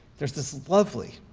there's this lovely,